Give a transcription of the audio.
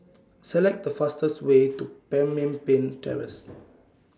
Select The fastest Way to Pemimpin Terrace